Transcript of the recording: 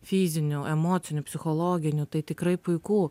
fizinių emocinių psichologinių tai tikrai puiku